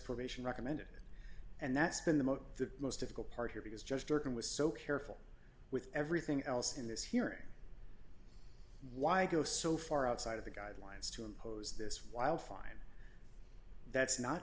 probation recommended and that's been the most the most difficult part here because justin was so careful with everything else in this hearing why go so far outside of the guidelines to impose this wildfire that's not